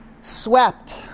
swept